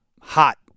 hot